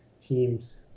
teams